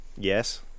yes